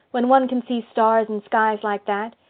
when one can see stars and skies like that,